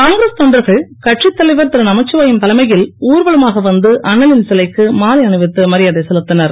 காய்கிரஸ் தொண்டர்கள் கட்சித் தலைவர் திரு நமச்சிவாயம் தலைமையில் ஊர்வலமாக வந்து அண்ணலின் சிலைக்கு மாலை அணிவித்து மரியாதை செலுத்தினர்